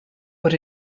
but